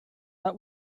that